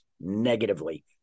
negatively